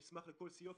נשמח לכל סיוע.